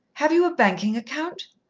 have you a banking account?